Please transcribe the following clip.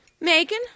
Megan